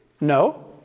No